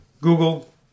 Google